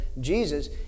Jesus